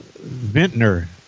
Vintner